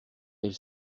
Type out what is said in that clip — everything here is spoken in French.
elle